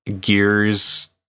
Gears